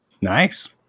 Nice